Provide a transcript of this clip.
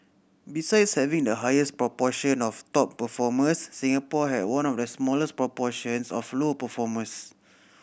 besides having the highest proportion of top performers Singapore had one of the smallest proportions of low performers